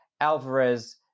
Alvarez